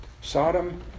Sodom